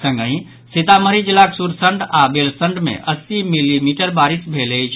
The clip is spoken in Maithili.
संगहि सीतामढ़ी जिलाक सुरसंड आओर बेलसंड मे अस्सी मिलीमीटर बारिश भेल अछि